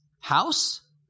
house